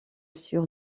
sur